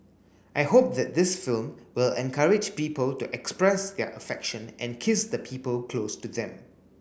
I hope that this film will encourage people to express their affection and kiss the people close to them